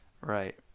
Right